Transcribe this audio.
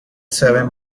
seven